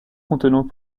contenant